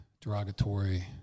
derogatory